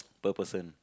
per person